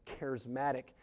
charismatic